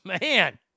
Man